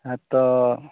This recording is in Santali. ᱦᱮᱛᱚ